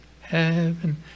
Heaven